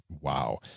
wow